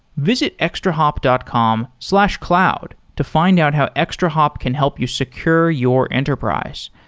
visit extrahop dot com slash cloud to find out how extrahop can help you secure your enterprise.